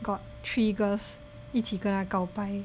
got three girls 一起跟他告白